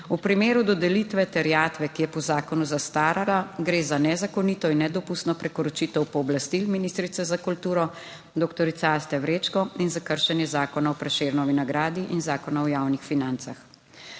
V primeru dodelitve terjatve, ki je po zakonu zastarala, gre za nezakonito in nedopustno prekoračitev pooblastil ministrice za kulturo, doktorice Aste Vrečko in za kršenje Zakona o Prešernovi nagradi in Zakona o javnih financah.